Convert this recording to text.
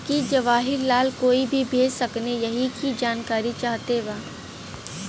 की जवाहिर लाल कोई के भेज सकने यही की जानकारी चाहते बा?